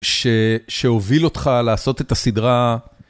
שהוביל אותך לעשות את הסדרה.